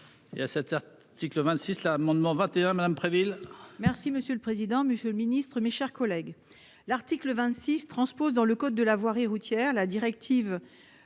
que le 26. L'amendement 21 madame Préville. Merci monsieur le président, Monsieur le Ministre, mes chers collègues. L'article 26, transpose dans le code de la voirie routière la directive.